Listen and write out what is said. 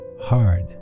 hard